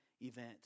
event